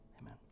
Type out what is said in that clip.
Amen